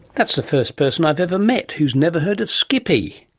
that's the first person i've ever met who's never heard of skippy!